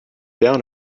down